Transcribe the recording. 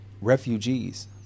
refugees